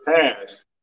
past